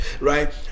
right